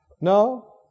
No